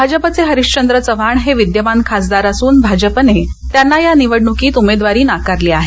भाजपचे हरिश्वंद्र चव्हाण हे विद्यमान खासदार असून भाजपने त्यांना या निवडणुकीत उमेदवारी नाकारली आहे